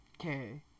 Okay